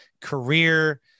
career